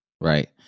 Right